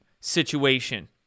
situation